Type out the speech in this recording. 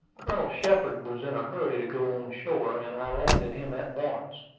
colonel shepard was in a hurry to go on shore, and i landed him at once.